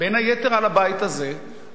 בין היתר על הבית הזה,